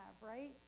right